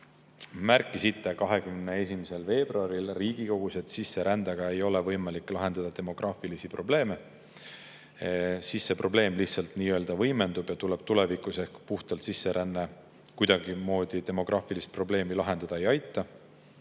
"Märkisite 21. veebruaril Riigikogus, et sisserändega ei ole võimalik lahendada demograafilisi probleeme. "Siis see probleem lihtsalt nii-öelda võimendub ja tuleb tulevikus ehk puhtalt sisseränne kuidagimoodi demograafilist probleemi lahendada ei aita."